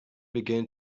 began